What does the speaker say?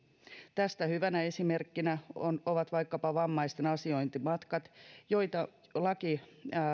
tästä hyvänä esimerkkinä ovat vaikkapa vammaisten asiointimatkat joita laki